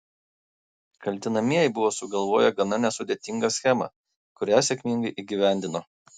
kaltinamieji buvo sugalvoję gana nesudėtingą schemą kurią sėkmingai įgyvendino